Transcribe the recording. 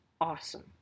awesome